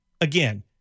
again